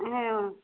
ம்